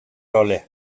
rolle